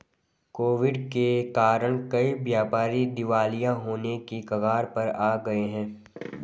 Covid के कारण कई व्यापारी दिवालिया होने की कगार पर आ गए हैं